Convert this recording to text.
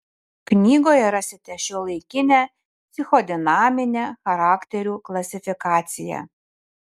knygoje rasite šiuolaikinę psichodinaminę charakterių klasifikaciją